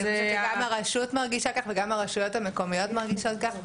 גם הרשות מרגישה ככה וגם הרשויות המקומיות מרגישות ככה.